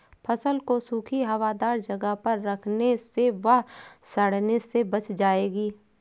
फसल को सूखी, हवादार जगह पर रखने से वह सड़ने से बच जाएगी